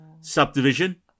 subdivision